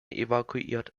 evakuiert